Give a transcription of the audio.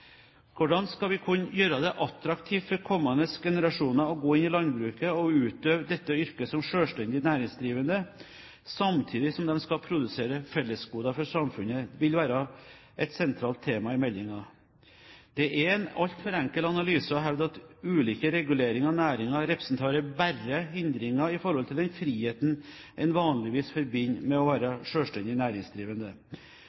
vi skal kunne gjøre det attraktivt for kommende generasjoner å gå inn i landbruket og utøve dette yrket som selvstendig næringsdrivende, samtidig som de skal produsere fellesgoder til samfunnet, vil være et sentralt tema i meldingen. Det er en altfor enkel analyse å hevde at ulike reguleringer av næringen bare representerer hindringer i forhold til den friheten en vanligvis forbinder med å